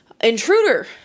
Intruder